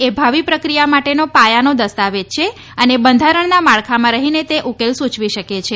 એ ભાવિ પ્રક્રિયા માટેનો પાયાનો દસ્તાવેજ છે અને બંધારણના માળખામાં રહીને તે ઉકેલ સુચવી શકે છે